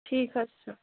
ٹھیٖک حظ چھُ